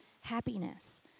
happiness